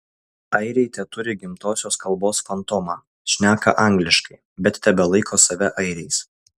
airiai teturi gimtosios kalbos fantomą šneka angliškai bet tebelaiko save airiais